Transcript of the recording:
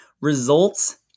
results